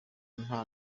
nta